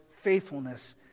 faithfulness